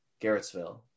Garrettsville